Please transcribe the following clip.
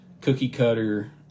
cookie-cutter